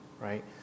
right